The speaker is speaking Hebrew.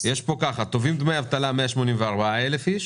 יש פה ככה, תובעים דמי אבטלה 184,000 איש